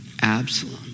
Absalom